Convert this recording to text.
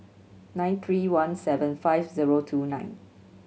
nine three one seven five zero two nine